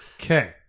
Okay